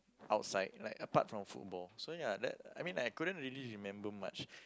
outside like apart from football so ya that I mean I couldn't really remember much